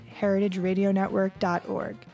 heritageradionetwork.org